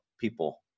people